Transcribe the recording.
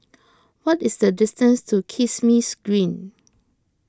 what is the distance to Kismis Green